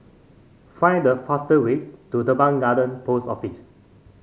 find the faster way to Teban Garden Post Office